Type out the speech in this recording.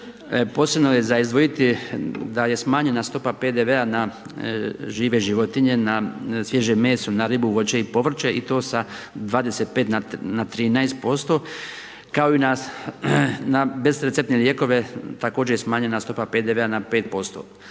posebno je za izdvojiti da je smanjena stopa PDV-a na žive životinje na sviježe meso, na ribu, voće i povrće i to sa 25 na 13% kao i na besrepceptne lijekove, također smanjena stopa PDV-a na 5%.